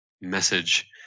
message